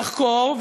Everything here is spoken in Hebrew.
נחקור,